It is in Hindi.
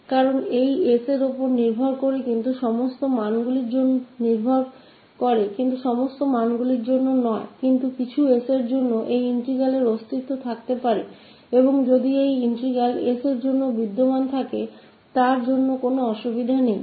यह पैरामीटर 𝑠 क्योंकि यह इस 𝑠 पर निर्भर करता है 𝑠 के सभी मानों के लिए नहींलेकिन कुछ 𝑠 के लिए इंटीग्रल मौजूद हैं और अगर यह मौजूद है कुछ 𝑠 के लिए 𝑠वहाँ कोई समस्या नहीं है